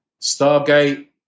Stargate